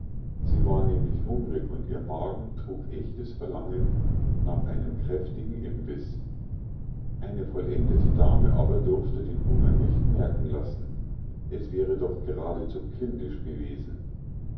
sie war nämlich hungrig und ihr magen trug rechtes verlangen nach einem kräftigen imbiß eine vollendete dame aber durfte den hunger nicht merken lassen es wäre doch geradezu kindisch gewesen